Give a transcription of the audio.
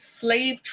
slave